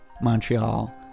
montreal